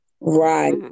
right